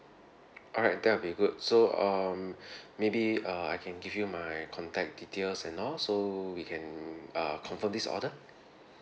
alright that will be good so um maybe uh I can give you my contact details and all so we can uh confirm this order